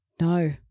No